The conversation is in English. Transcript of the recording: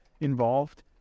involved